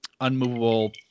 unmovable